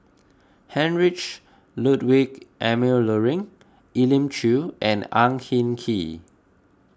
Heinrich Ludwig Emil Luering Elim Chew and Ang Hin Kee